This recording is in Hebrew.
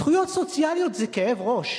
זכויות סוציאליות זה כאב ראש,